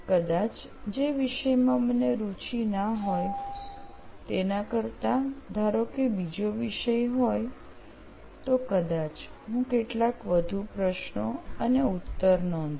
કદાચ જે વિષયમાં મને રુચિ ના હોય તેના કરતા ધારો કે બીજો વિષય હોય તો કદાચ હું કેટલાક વધુ પ્રશ્નો અને ઉત્તર નોંધું